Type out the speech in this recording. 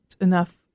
enough